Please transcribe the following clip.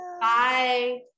Bye